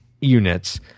units